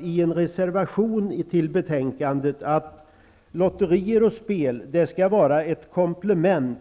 i en reservation till betänkandet betonat att lotterier och spel skall vara ett komplement.